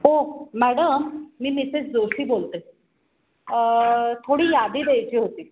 हो मॅडम मी मिसेस जोशी बोलते थोडी यादी द्यायची होती